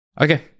Okay